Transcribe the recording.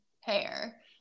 hair